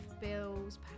bills